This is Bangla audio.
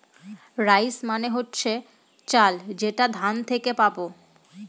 রাইস মানে হচ্ছে চাল যেটা ধান থেকে পাবো